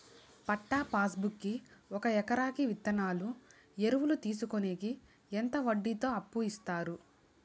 పట్టా passbook కి ఒక ఎకరాకి విత్తనాలు, ఎరువులు తీసుకొనేకి ఎంత వడ్డీతో అప్పు ఇస్తారు?